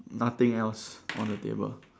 nothing else on the table